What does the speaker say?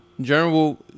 general